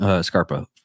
Scarpa